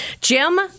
Jim